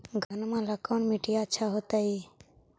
घनमा ला कौन मिट्टियां अच्छा होतई?